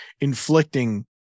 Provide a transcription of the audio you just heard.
inflicting